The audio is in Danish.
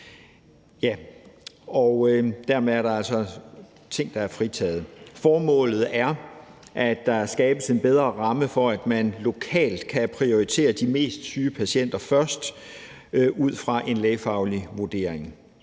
Formålet er, at der skabes en bedre ramme, for at man lokalt kan prioritere de mest syge patienter først ud fra en lægefaglig vurdering.